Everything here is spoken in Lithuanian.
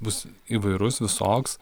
bus įvairus visoks